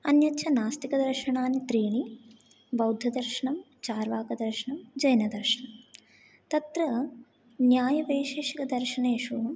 अन्यच्च नास्तिकदर्शनानि त्रीणि बौद्धदर्शनं चार्वाकदर्शनं जैनदर्शनं तत्र न्यायवैशेषिकदर्शनेषु